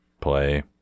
play